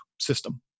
system